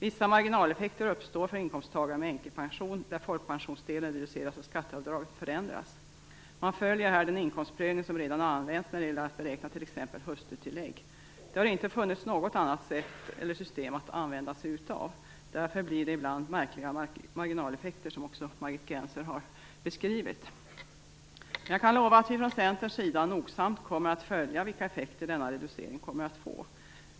Vissa marginaleffekter uppstår för inkomsttagare med änkepension, där folkpensionsdelen reduceras och skatteavdraget förändras. Man följer här den inkomstprövning som redan används när det gäller att beräkna t.ex. hustrutillägg. Det har inte funnits något annat system att använda sig av. Därför blir det ibland märkliga marginaleffekter, som också Margit Gennser har beskrivit. Jag kan lova att vi från Centerns sida nogsamt kommer att följa vilka effekter denna reducering kommer att få.